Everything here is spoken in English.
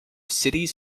cities